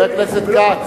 גברת חוטובלי,